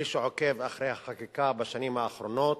מי שעוקב אחרי החקיקה בשנים האחרונות,